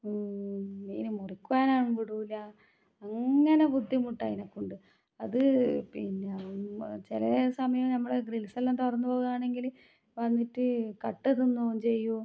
മീൻ മുറിക്കുവാനാണെങ്കിൽ വിടൂല്ലാ അങ്ങനെ ബുദ്ധിമുട്ടാണ് അതിനെ കൊണ്ട് അത് പിന്നെ ചില സമയം നമ്മൾ ഗ്രിൽസെല്ലാം തുറന്നിടുകാണെങ്കിൽ വന്നിട്ട് കട്ട് തിന്നുവോം ചെയ്യും